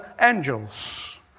angels